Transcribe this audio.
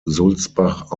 sulzbach